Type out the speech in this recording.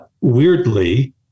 weirdly